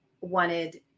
wanted